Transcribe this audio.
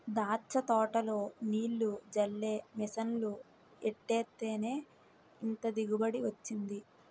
దాచ్చ తోటలో నీల్లు జల్లే మిసన్లు ఎట్టేత్తేనే ఇంత దిగుబడి వొచ్చింది